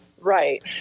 Right